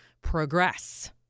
progress